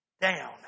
down